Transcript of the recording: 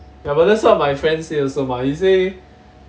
ya but that's what my friends say also but he say